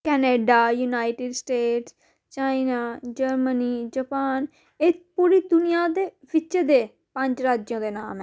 Canada united state China Germany Japan एह् पूरी दुनियां दे बिच्च दे पंज राज्य दे नाम ऐ